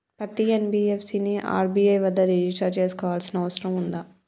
పత్తి ఎన్.బి.ఎఫ్.సి ని ఆర్.బి.ఐ వద్ద రిజిష్టర్ చేసుకోవాల్సిన అవసరం ఉందా?